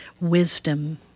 wisdom